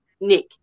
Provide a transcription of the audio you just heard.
Nick